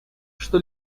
что